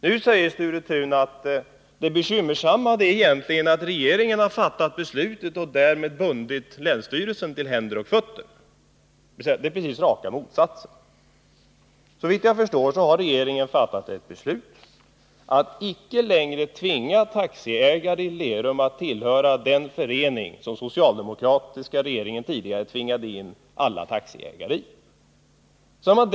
Nu säger Sture Thun att det bekymmersamma egentligen är att regeringen genom sitt beslut har bundit länsstyrelsen till händer och fötter — dvs. precis raka motsatsen. tillhöra den förening som den socialdemokratiska regeringen tidigare tvingade alla taxiägare att gå in i.